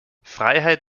freiheit